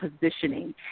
positioning